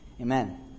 Amen